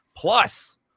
Plus